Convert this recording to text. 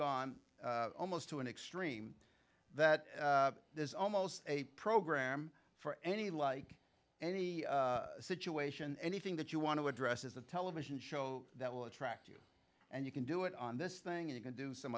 gone almost to an extreme that there's almost a program for any like any situation anything that you want to address is a television show that will attract you and you can do it on this thing you can do some